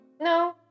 No